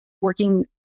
working